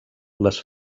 les